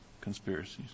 conspiracies